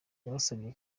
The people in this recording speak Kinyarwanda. yabasabye